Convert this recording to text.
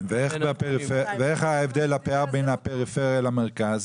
ואיך הפער בין הפריפריה למרכז?